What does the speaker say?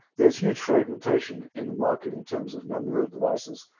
there's huge fragmentation in the market in terms of number of devices.